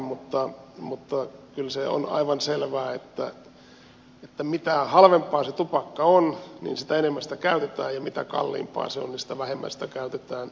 mutta kyllä se on aivan selvää että mitä halvempaa se tupakka on niin sitä enemmän sitä käytetään ja mitä kalliimpaa se on niin sitä vähemmän sitä käytetään